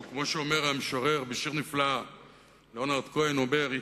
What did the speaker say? או כמו שאומר המשורר ליאונרד כהן בשיר נפלא,